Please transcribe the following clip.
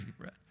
bread